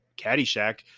Caddyshack